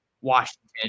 Washington